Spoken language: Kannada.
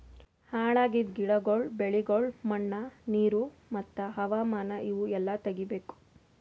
ಹಾಳ್ ಆಗಿದ್ ಗಿಡಗೊಳ್, ಬೆಳಿಗೊಳ್, ಮಣ್ಣ, ನೀರು ಮತ್ತ ಹವಾಮಾನ ಇವು ಎಲ್ಲಾ ತೆಗಿಬೇಕು